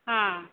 ହଁ